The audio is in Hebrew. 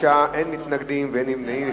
תשעה בעד, אין מתנגדים ואין נמנעים.